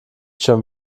schon